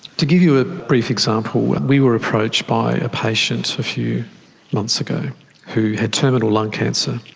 to give you a brief example, we were approached by a patient few months ago who had terminal lung cancer.